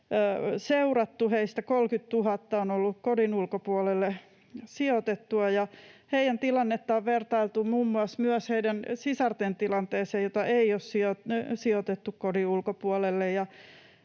Heistä 30 000 on ollut kodin ulkopuolelle sijoitettuja, ja heidän tilannettaan on vertailtu muun muassa myös heidän sisartensa tilanteeseen, joita ei ollut sijoitettu kodin ulkopuolelle.